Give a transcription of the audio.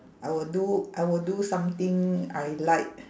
I will do I will do something I like